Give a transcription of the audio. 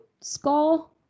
skull